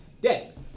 Dead